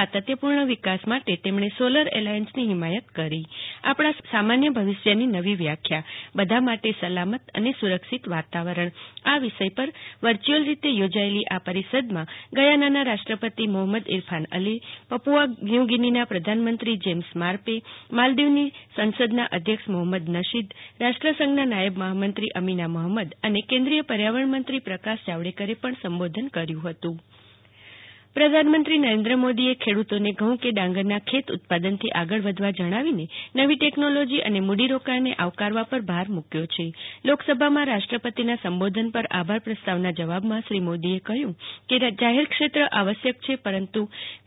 સાતત્યપૂ ર્ણ વિકાસ માટે તેમણે સૌલર એલાયંસની હિમાયત કરી આપણા સામાન્ય ભવિષ્યની નવી વ્યાખ્યા બધા માટે સલામત અને સુ રક્ષિત વાતાવરણ એ વિષ્ટય પર આ પરિષદનું આયોજન થયું છે વર્ષ્યુઅલ રીતે યોજાએલી આ પરિષદમાં ગયાનાના રાષ્ટ્રપતિ મોહમ્મદ ઇરફાન અલી પપુઆ ન્યુ ગિનીના પ્રધાનમંત્રી જેમ્સ મારપે માલદીવની સંસદના અધ્યક્ષ મોહમ્મદ નશીદ રાષ્ટ્રસંઘના નાયબ મહામંત્રી અમીના મહમ્મદ અને કેન્દ્રીય પર્યાવરણ મંત્રી પ્રકાશ જાવડેકરે પણ સંબોધન કર્યું હતું જાગ તિ વકીલ આભાર પ્રસ્તાવ પ્રધાનમંત્રી નરેન્દ્ર મોદીએ ખેડૂતોને ઘઉં કે ડાંગરના ખેત ઉત્પાદનથી આગળ વધવા જણાવીને નવી ટેકનોલોજી અને મૂ ડીરોકાણને આવકારવા પર ભાર મુક્યો છે લોકસભામાં રાષ્ટ્રપતિના સંબોધન પર આભાર પ્રસ્તાવના જવાબમાં શ્રી મોદીએ કહ્યું કે જાહેર ક્ષેત્ર આવશ્યક છે પરંતુ